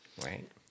right